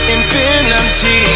Infinity